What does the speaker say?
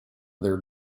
their